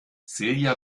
silja